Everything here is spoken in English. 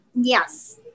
yes